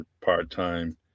part-time